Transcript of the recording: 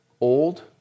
old